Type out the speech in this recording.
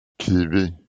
kiwi